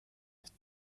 nicht